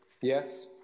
Yes